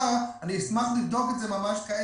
הוחזר ואני אשמח לבדוק את זה ממש כעת,